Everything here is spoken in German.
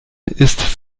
ist